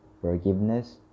forgiveness